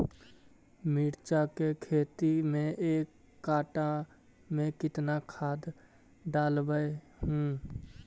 मिरचा के खेती मे एक कटा मे कितना खाद ढालबय हू?